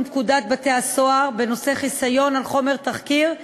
פקודת בתי-הסוהר בנושא חיסיון על חומר תחקיר.